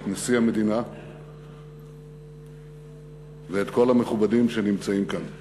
את נשיא המדינה ואת כל המכובדים שנמצאים כאן.